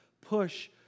push